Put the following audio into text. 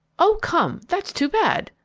oh, come, that's too bad,